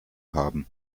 haben